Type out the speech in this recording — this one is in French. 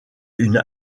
une